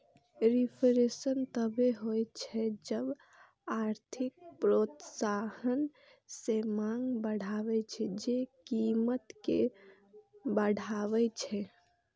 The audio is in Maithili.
रिफ्लेशन तबो होइ छै जब आर्थिक प्रोत्साहन सं मांग बढ़ै छै, जे कीमत कें बढ़बै छै